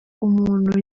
umuntu